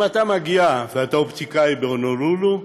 אם אתה מגיע ואתה אופטיקאי בהונולולו,